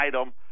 item